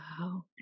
Wow